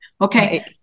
Okay